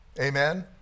Amen